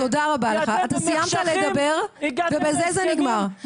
אתה סיימת לדבר, ובזה זה נגמר.